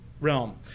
Realm